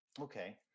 Okay